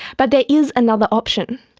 but there is another option.